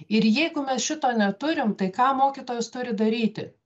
ir jeigu mes šito neturim tai ką mokytojas turi daryti